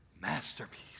Masterpiece